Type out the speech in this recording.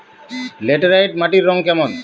Laterite মাটির রং কেমন?